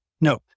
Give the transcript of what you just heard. no